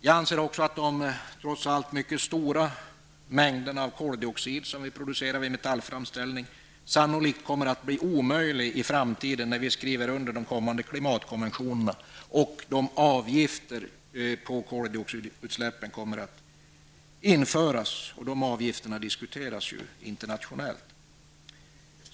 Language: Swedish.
Jag anser också att de mycket stora mängder koldioxid som produceras vid metallframställning sannolikt kommer att bli omöjliga att acceptera i framtiden när vi skriver under de kommande klimatkonventionerna och när de avgifter som diskuteras internationellt för koldioxidutsläppen kommer att införas.